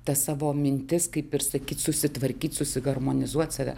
tas savo mintis kaip ir sakyt susitvarkyt susiharmonizuot save